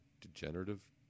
degenerative